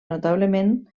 notablement